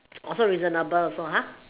also reasonable also ah